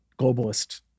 Globalist